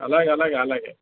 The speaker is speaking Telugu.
అలాగే అలాగే అలాగే